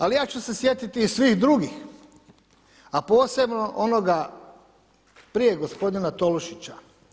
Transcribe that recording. Ali ja ću se sjetiti i svih drugih, a posebno onoga prije gospodina Tolušića.